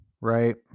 right